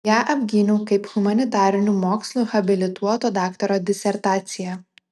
ją apgyniau kaip humanitarinių mokslų habilituoto daktaro disertaciją